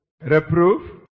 reproof